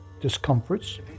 discomforts